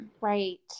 Right